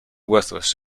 worthless